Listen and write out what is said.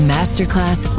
Masterclass